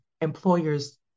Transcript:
employer's